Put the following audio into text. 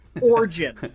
Origin